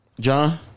John